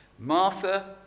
Martha